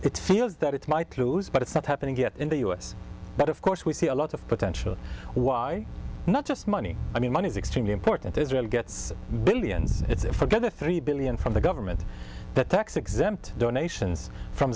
it feels that it might lose but it's not happening yet in the u s but of course we see a lot of potential why not just money i mean money is extremely important israel gets billions it's forgive the three billion from the government tax exempt donations from